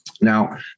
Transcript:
Now